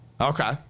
Okay